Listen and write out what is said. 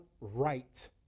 right